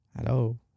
hello